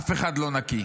אף אחד לא נקי.